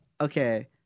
okay